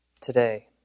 today